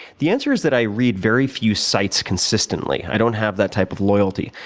the answer is that i read very few sites consistently. i don't have that type of loyalty,